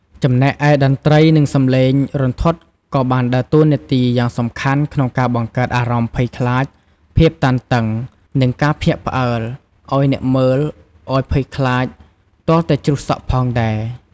ចំណែកឯតន្ត្រី និងសំឡេងរន្ធត់ក៏បានដើរតួនាទីយ៉ាងសំខាន់ក្នុងការបង្កើតអារម្មណ៍ភ័យខ្លាច ភាពតានតឹង និងការភ្ញាក់ផ្អើលអោយអ្នកមើលអោយភ័យខ្លាចទាល់តែជ្រុះសក់ផងដែរ ។